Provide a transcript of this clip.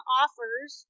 offers